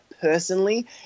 personally